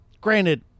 granted